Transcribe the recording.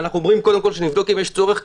אנחנו אומרים קודם כול שנבדוק אם יש צורך,